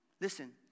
Listen